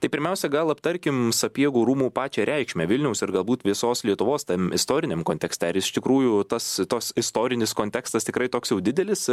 tai pirmiausia gal aptarkime sapiegų rūmų pačią reikšmę vilniaus ir galbūt visos lietuvos tam istoriniam kontekste ar iš tikrųjų tas tos istorinis kontekstas tikrai toks jau didelis